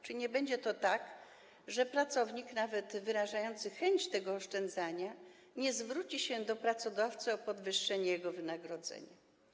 Czy nie będzie tak, że pracownik, nawet wyrażający chęć tego oszczędzania, nie zwróci się do pracodawcy o podwyższenie jego wynagrodzenia.